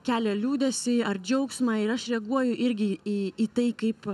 kelia liūdesį ar džiaugsmą ir aš reaguoju irgi į į tai kaip